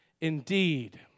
indeed